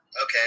Okay